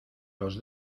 los